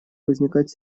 возникать